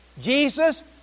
Jesus